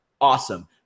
Awesome